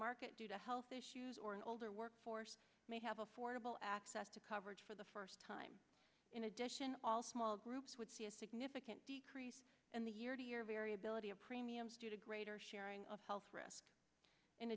market due to health issues or an older workforce may have affordable access to coverage for the first time in addition all small groups would see a significant decrease in the year to year variability of premiums due to greater sharing of health risk in